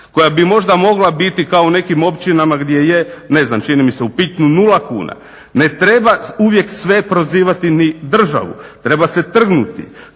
koja bi možda mogla biti kao u nekim općinama gdje je ne znam čini mi se u Pičnu 0 kuna. Ne treba uvijek sve prozivati ni državu. Treba se trgnuti.